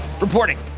reporting